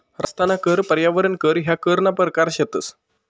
रस्ताना कर, पर्यावरण कर ह्या करना परकार शेतंस